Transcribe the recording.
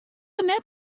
net